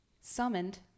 summoned